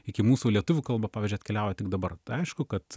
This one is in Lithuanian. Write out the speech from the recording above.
iki mūsų lietuvių kalba pavyzdžiui atkeliauja tik dabar aišku kad